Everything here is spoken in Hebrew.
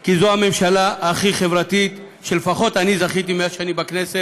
כי זו הממשלה הכי חברתית שלפחות אני זכיתי להיות בה מאז אני בכנסת,